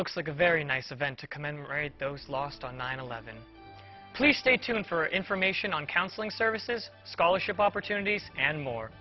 looks like a very nice event to come and write those lost on nine eleven please stay tuned for information on counseling services scholarship opportunities and more